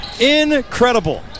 Incredible